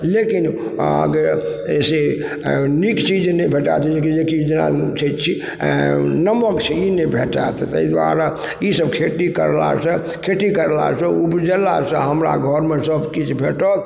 लेकिन अहाँके से नीक चीज नहि भेटत जे कि जेना कि जे छै नमक छै ई नहि भेटत तै दुआरे ईसब खेती करलासँ खेती करलासँ उपजेलासँ हमरा घरमे सब किछु भेटत